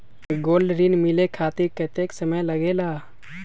Gold ऋण मिले खातीर कतेइक समय लगेला?